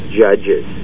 judges